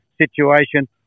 situation